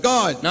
God